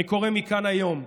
אני קורא מכאן היום,